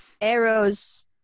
arrows